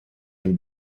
can